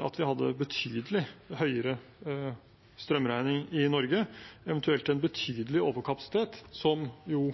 at vi hadde en betydelig høyere strømregning i Norge, eventuelt en betydelig overkapasitet, som jo